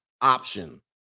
option